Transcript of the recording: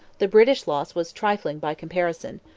the british loss was trifling by comparison,